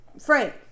Frank